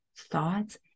thoughts